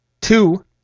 two